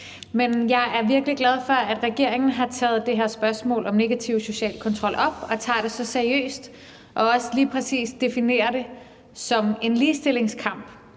men jeg er virkelig glad for, at regeringen har taget det her spørgsmål om negativ social kontrol op og tager det så seriøst og også lige præcis definerer det som en ligestillingskamp.